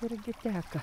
irgi teka